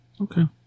Okay